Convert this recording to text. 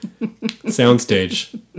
Soundstage